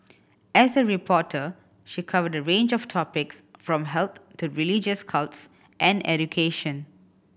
as a reporter she covered a range of topics from health to religious cults and education